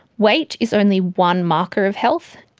weight is only one marker of health,